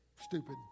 Stupid